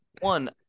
one